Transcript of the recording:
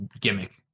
gimmick